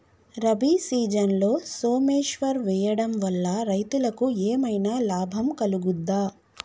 రబీ సీజన్లో సోమేశ్వర్ వేయడం వల్ల రైతులకు ఏమైనా లాభం కలుగుద్ద?